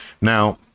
Now